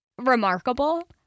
remarkable